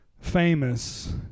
famous